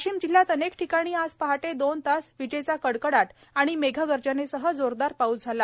वाशिम जिल्ह्यात अनेक ठिकाणी आज पहाटे दोन तास विजेचा कडकडाट आणि मेघ गर्जनेसह जोरदार पाऊस झाला